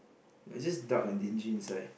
it's just dark and dingy inside